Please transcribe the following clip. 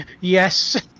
Yes